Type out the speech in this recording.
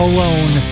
Alone